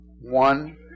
one